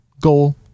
goal